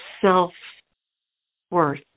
self-worth